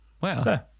Wow